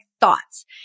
thoughts